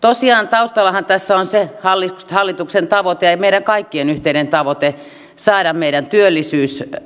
taustallahan tässä tosiaan on hallituksen tavoite ja ja meidän kaikkien yhteinen tavoite saada meidän työllisyytemme